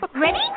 Ready